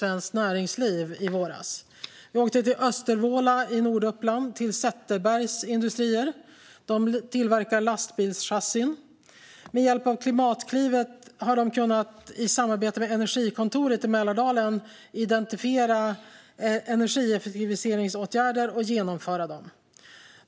Vi åkte till Östervåla i Norduppland och Zetterbergs industri, som tillverkar lastbilschassin. Med hjälp av Klimatklivet har de i samarbete med Energikontoret i Mälardalen kunnat identifiera energieffektiviseringsåtgärder och genomföra dem.